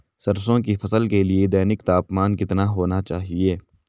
सरसों की फसल के लिए दैनिक तापमान कितना होना चाहिए?